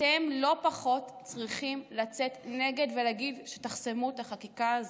אתם לא פחות צריכים לצאת נגד ולהגיד שתחסמו את החקיקה הזאת.